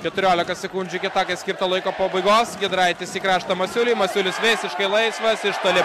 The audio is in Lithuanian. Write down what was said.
keturiolika sekundžių iki skirto laiko pabaigos giedraitis į kraštą masiuliui masiulis visiškai laisvas iš toli